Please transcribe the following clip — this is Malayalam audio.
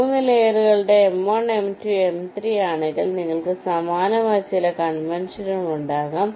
3 ലെയറുകളുടെ m1 m2 m3 ആണെങ്കിൽ നിങ്ങൾക്ക് സമാനമായ ചില കൺവെൻഷനുകൾ ഉണ്ടാകാം